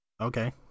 Okay